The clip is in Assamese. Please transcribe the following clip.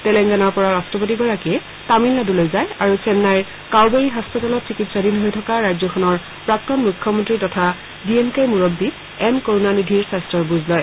তেলেংগানাৰ পৰা ৰট্টপতিগৰাকীয়ে তামিলনাডুলৈ যায় আৰু চেন্নাইৰ কাওবেৰী হাস্পতালত চিকিৎসাধীন হৈ থকা ৰাজ্যখনৰ প্ৰাক্তন মুখ্যমন্ত্ৰী তথা ডি এম কেৰ মুৰববী এম কৰুণা নিধিৰ স্বাস্থ্যৰ বুজ লয়